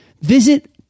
Visit